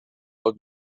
but